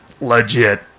legit